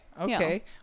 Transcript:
Okay